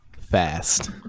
fast